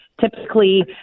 typically